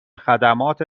خدمات